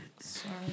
Sorry